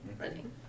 running